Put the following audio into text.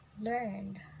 learned